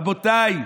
רבותיי,